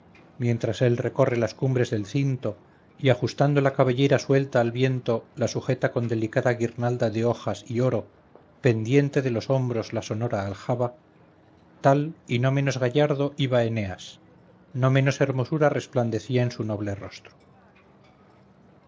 mientras él recorre las cumbres del cinto y ajustando la cabellera suelta al viento la sujeta con delicada guirnalda de hojas y oro pendiente de los hombros la sonora aljaba tal y no menos gallardo iba eneas no menos hermosura resplandecía en su noble rostro